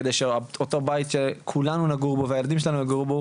כדי שאותו בית שכולנו נגור בו ושהילדים שלנו יגורו בו,